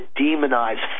demonize